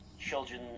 children